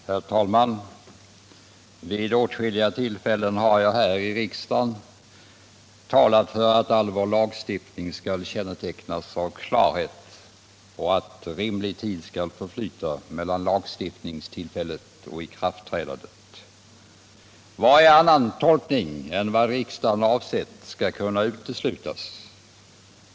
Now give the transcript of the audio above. Herr talman! Vid åtskilliga tillfällen har jag här i riksdagen talat för att all vår lagstiftning skall kännetecknas av klarhet och att rimlig tid skall förflyta mellan lagstiftningstillfället och ikraftträdandet. Varje annan tolkning än den riksdagen avsett skall kunna uteslutas.